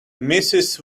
mrs